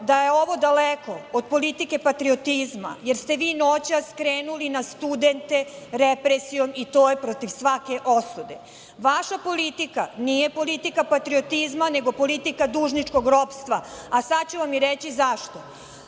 da je ovo daleko od politike patriotizma, jer ste vi noćas krenuli na studente, represijom i to je protiv svake osude. Vaša politika nije politika patriotizma, nego politika dužničkog ropstva, a sada ću vam i reći zašto. Ako